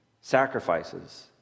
Sacrifices